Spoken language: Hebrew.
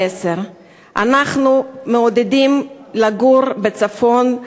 22:00. אנחנו מעודדים אנשים לגור בצפון,